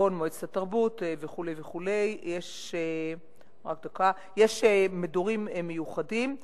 כגון מועצת התרבות וכו' וכו', יש מדורים מיוחדים.